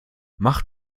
macht